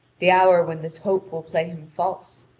the hour when this hope will play him false,